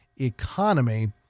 economy